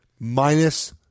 minus